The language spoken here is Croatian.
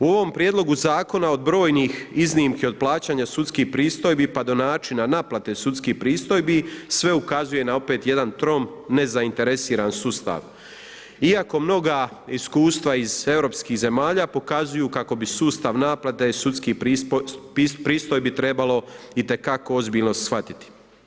U ovom prijedlogu zakona od brojnih iznimki od plaćanja sudskih pristojbi pa do načina naplate sudskih pristojbi sve ukazuje na opet jedan trom nezainteresiran sustav iako mnoga iskustva iz europskih zemalja pokazuju kako bi sustav naplate sudskih pristojbi trebalo itekako ozbiljno shvatiti.